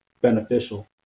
beneficial